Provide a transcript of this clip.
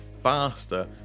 faster